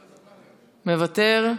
מוותר,